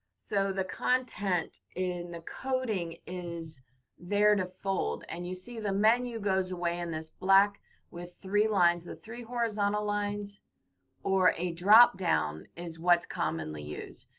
so the content in the coding is there to fold. and you see the menu goes away in this black with three lines. the three horizontal lines or a drop-down is what's commonly used.